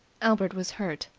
albert was hurt.